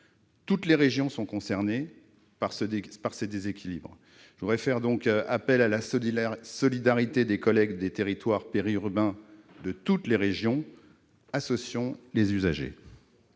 Toutes les régions sont concernées par ces déséquilibres. Je voudrais donc faire appel à la solidarité des collègues des territoires périurbains de toutes les régions : associons les usagers